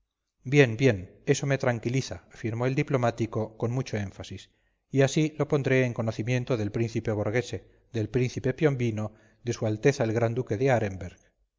bien bien eso me tranquiliza afirmó el diplomático con mucho énfasis y así lo pondré en conocimiento del príncipe borghese del príncipe piombino de s a el gran duque de aremberg